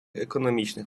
економічних